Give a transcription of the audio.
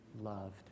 loved